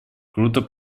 круто